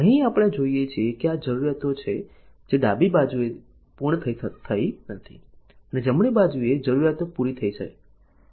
અહીં આપણે જોઈએ છીએ કે આ જરૂરીયાતો છે જે ડાબી બાજુએ પૂર્ણ થઈ નથી અને જમણી બાજુએ જરૂરિયાતો પૂરી થઈ છે